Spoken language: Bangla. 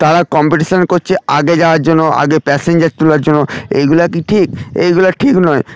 তারা কম্পিটিশান করছে আগে যাওয়ার জন্য আগে প্যাসেঞ্জার তোলার জন্য এইগুলা কি ঠিক এইগুলা ঠিক নয়